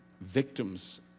victims